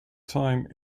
time